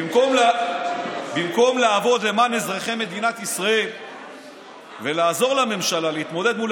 במקום לעבוד למען אזרחי מדינת ישראל ולעזור לממשלה להתמודד מול